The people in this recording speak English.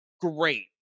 great